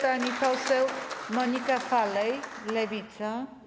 Pani poseł Monika Falej, Lewica.